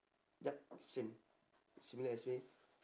yup same similar as me